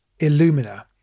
Illumina